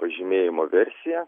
pažymėjimo versija